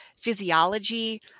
physiology